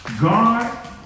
God